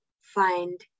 find